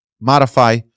modify